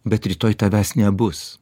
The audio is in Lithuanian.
bet rytoj tavęs nebus